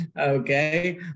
Okay